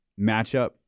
matchup